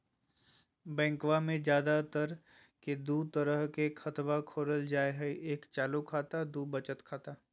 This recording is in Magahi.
बैंकवा मे ज्यादा तर के दूध तरह के खातवा खोलल जाय हई एक चालू खाता दू वचत खाता